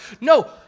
no